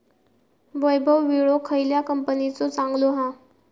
वैभव विळो खयल्या कंपनीचो चांगलो हा?